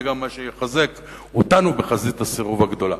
זה גם מה שיחזק אותנו בחזית הסירוב הגדולה.